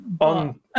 On